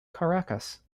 caracas